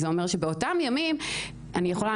זה אומר שבאותם ימים אני יכולה,